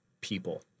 people